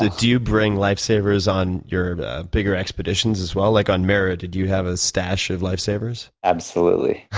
ah do you bring life savers on your bigger expeditions, as well? like on meru, did you have a stash of life savers? absolutely.